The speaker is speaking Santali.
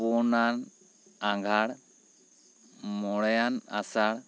ᱯᱩᱱᱟᱱ ᱟᱜᱷᱟᱬ ᱢᱚᱬᱮᱭᱟᱱ ᱟᱥᱟᱲ